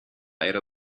era